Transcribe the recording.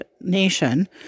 nation